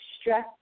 stress